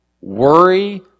worry